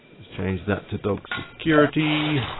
let's change that to dog security.